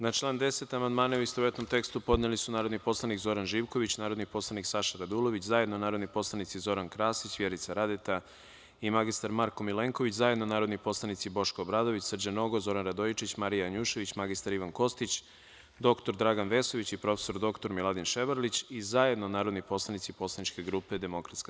Na član 10. amandmane u istovetnom tekstu podneli su narodni poslanik Zoran Živković, narodni poslanik Saša Radulović, zajedno narodni poslanici Zoran Krasić, Vjerica Radeta i mr Marko Milenković, zajedno narodni poslanici Boško Obradović, Srđan Nogo, Zoran Radojičić, Marija Janjušević, mr Ivan Kostić, dr Dragan Vesović i prof. dr Miladin Ševarlić i zajedno narodni poslanici poslaničke grupe DS.